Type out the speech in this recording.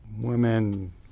women